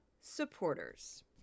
supporters